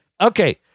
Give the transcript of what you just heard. Okay